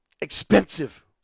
Expensive